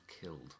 killed